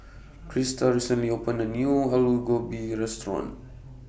Crista recently opened A New Aloo Gobi Restaurant